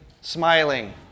smiling